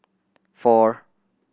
four